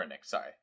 sorry